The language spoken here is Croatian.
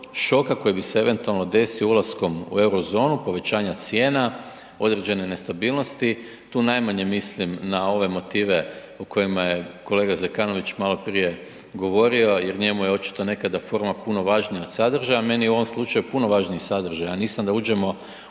šoka koji bi se eventualno desio ulaskom u Eurozonu, povećanja cijena, određene nestabilnosti. Tu najmanje mislim na ove motive o kojima je kolega Zekanović malo prije govorio jer njemu je očito nekada forma puno važnija od sadržaja, meni je u ovom slučaju puno važniji sadržaj, ja nisam da uđemo